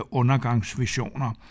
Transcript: undergangsvisioner